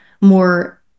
more